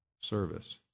service